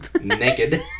Naked